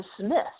dismissed